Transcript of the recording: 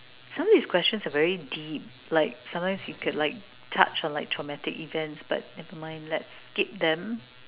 some of these questions are very deep like sometimes you can like touch on like traumatic events but never mind let's skip them